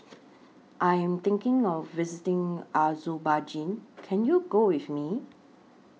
I Am thinking of visiting Azerbaijan Can YOU Go with Me